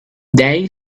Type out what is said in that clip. they